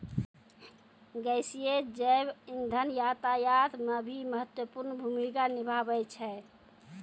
गैसीय जैव इंधन यातायात म भी महत्वपूर्ण भूमिका निभावै छै